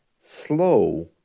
slow